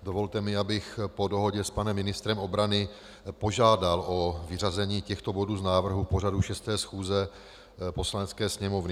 Dovolte mi, abych po dohodě s panem ministrem obrany požádal o vyřazení těchto bodů z návrhu pořadu 6. chůze Poslanecké sněmovny.